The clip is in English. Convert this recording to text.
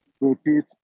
repeat